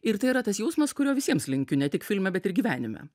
ir tai yra tas jausmas kurio visiems linkiu ne tik filme bet ir gyvenime